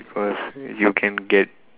because you can get